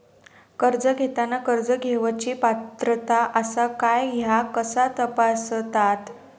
कर्ज घेताना कर्ज घेवची पात्रता आसा काय ह्या कसा तपासतात?